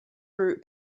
route